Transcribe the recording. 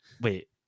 Wait